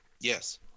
Yes